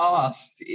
asked